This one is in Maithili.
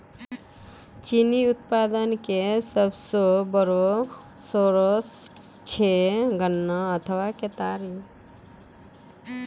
चीनी उत्पादन के सबसो बड़ो सोर्स छै गन्ना अथवा केतारी